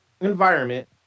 environment